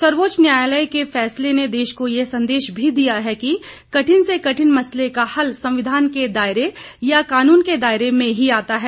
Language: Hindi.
सर्वोच्च न्यायालय के फैसले ने देश को यह संदेश भी दिया है कि कठिन से कठिन मसले का हल संविधान के दायरे या कानून के दायरे में ही आता है